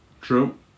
True